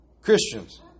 Christians